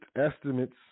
estimates